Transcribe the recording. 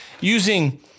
using